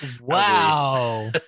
wow